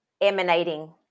emanating